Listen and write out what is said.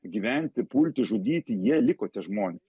gyventi pulti žudyti jie liko tie žmonės